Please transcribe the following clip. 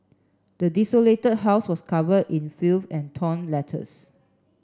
the desolated house was cover in filth and torn letters